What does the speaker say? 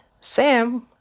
Sam